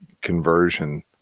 conversion